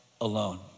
alone